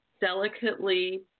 delicately